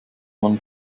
man